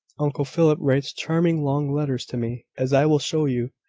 uncle philip writes charming long letters to me, as i will show you.